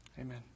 Amen